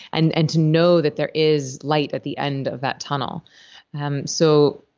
and and to know that there is light at the end of that tunnel um so